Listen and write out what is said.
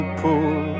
pool